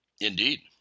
Indeed